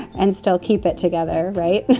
and still keep it together. right.